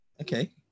Okay